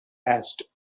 asked